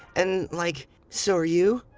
and like so are you.